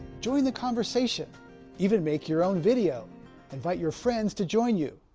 join the conversation even make your own video invite your friends to join you.